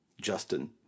Justin